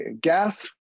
gas